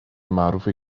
معروفه